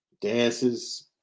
dances